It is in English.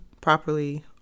properly